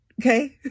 okay